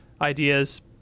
ideas